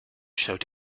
showed